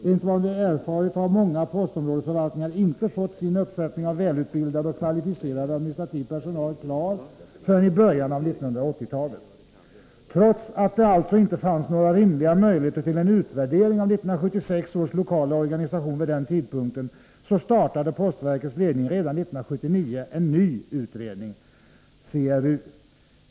Enligt vad vi erfarit har många postområdesförvaltningar inte fått sin uppsättning av välutbildad kvalificerad administrativ personal klar förrän i början av 1980-talet. Trots att det alltså inte fanns några rimliga möjligheter till en utvärdering av 1976 års lokala organisation vid den tidpunkten, startade postverkets ledning redan 1979 en ny utredning, CRU.